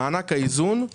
במענק האיזון זה מה שהן